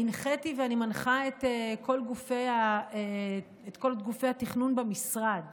הנחיתי ואני מנחה את כל גופי התכנון במשרד